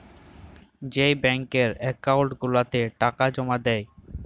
যেই ব্যাংকের একাউল্ট গুলাতে টাকা জমা দেই